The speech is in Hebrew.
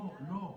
לא.